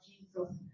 Jesus